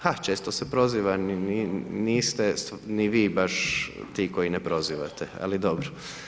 Ha, često se proziva, niste ni vi baš ti koji ne prozivate, ali dobro.